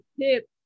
tip